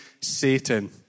Satan